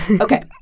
Okay